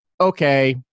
okay